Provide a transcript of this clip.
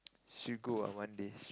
should go ah one day